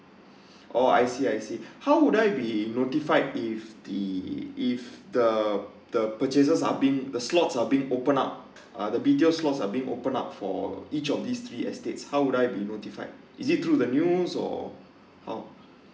oh I see I see how would I be notified if the if the the purchasers are been the slots are being open out uh the B_T_O slot are being open up for each of these three estates how would I be notified is it through the news or oh